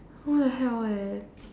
what the hell eh